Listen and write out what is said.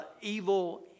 evil